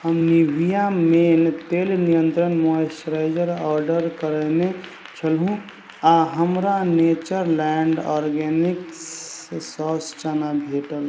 हम Nivea men तेल नियंत्रण मॉइस्चराइजर ऑर्डर करने छलहुँ आ हमरा नेचरलैंड ऑर्गेनिक्स सौस चना भेटल